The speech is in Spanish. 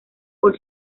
por